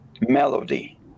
Melody